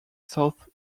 south